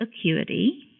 acuity